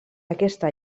aquesta